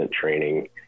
training